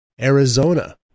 Arizona